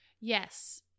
yes